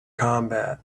combat